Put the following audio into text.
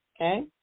Okay